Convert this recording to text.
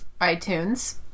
iTunes